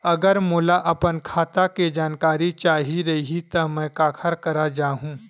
अगर मोला अपन खाता के जानकारी चाही रहि त मैं काखर करा जाहु?